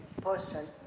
person